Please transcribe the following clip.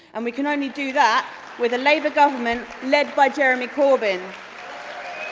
and we can only do that with a labour government led by jeremy corbyn.